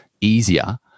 easier